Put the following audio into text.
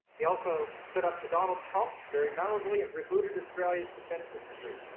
he also stood up to donald trump very memorably, and rebooted australia's defense industry,